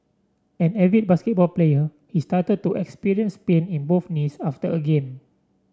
an avid basketball player he started to experience pain in both knees after a game